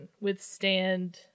withstand